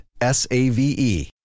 S-A-V-E